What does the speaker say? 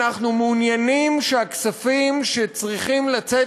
אנחנו מעוניינים שהכספים שצריכים לצאת